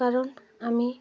কারণ আমি